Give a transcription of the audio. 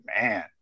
Man